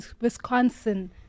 Wisconsin